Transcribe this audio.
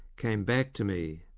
came back to me.